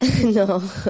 No